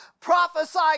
prophesy